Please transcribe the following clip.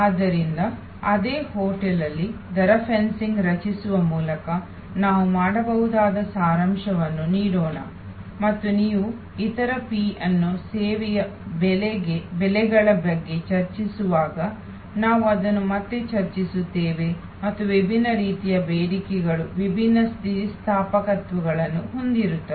ಆದ್ದರಿಂದ ಅದೇ ಹೋಟೆಲ್ನಲ್ಲಿ ದರ ಫೆನ್ಸಿಂಗ್ ರಚಿಸುವ ಮೂಲಕ ನಾವು ಮಾಡಬಹುದಾದ ಸಾರಾಂಶವನ್ನು ನೀಡೋಣ ಮತ್ತು ನೀವು ಇತರ P ಅನ್ನು ಸೇವೆಯ ಬೆಲೆಗಳ ಬಗ್ಗೆ ಚರ್ಚಿಸುವಾಗ ನಾವು ಇದನ್ನು ಮತ್ತೆ ಚರ್ಚಿಸುತ್ತೇವೆ ಮತ್ತು ವಿಭಿನ್ನ ರೀತಿಯ ಬೇಡಿಕೆಗಳು ವಿಭಿನ್ನ ಸ್ಥಿತಿಸ್ಥಾಪಕತ್ವವನ್ನು ಹೊಂದಿರುತ್ತವೆ